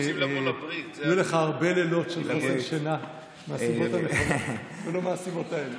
ושיהיו לך הרבה לילות נטולי שינה מהסיבות הנכונות ולא מהסיבות האלה.